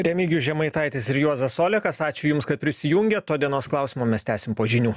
remigijus žemaitaitis ir juozas olekas ačiū jums kad prisijungėt o dienos klausimą mes tęsim po žinių